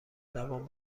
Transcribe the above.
دوام